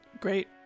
Great